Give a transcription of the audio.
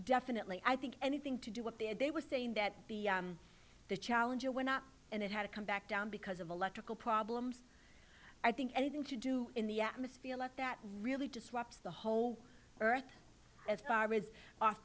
definitely i think anything to do what they had they were saying that the challenger went out and it had to come back down because of electrical problems i think anything to do in the atmosphere like that really disrupts the whole earth as far as our